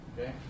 Okay